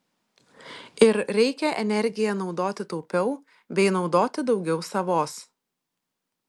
ir reikia energiją naudoti taupiau bei naudoti daugiau savos